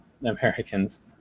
Americans